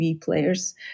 players